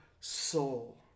soul